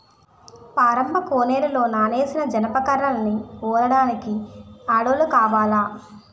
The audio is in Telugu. పారమ్మ కోనేరులో నానేసిన జనప కర్రలను ఒలడానికి ఆడోల్లు కావాల